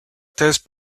thèse